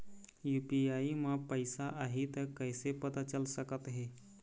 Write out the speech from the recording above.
UPI म पैसा आही त कइसे पता चल सकत हे?